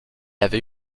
avait